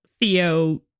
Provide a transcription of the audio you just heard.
Theo